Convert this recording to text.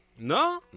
No